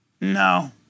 No